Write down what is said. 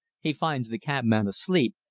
he finds the cabman asleep,